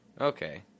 Okay